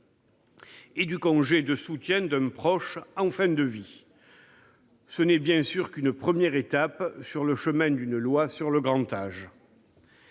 et du congé de soutien d'un proche en fin de vie. Ce n'est, bien sûr, qu'une première étape sur le chemin d'une loi sur le grand âge.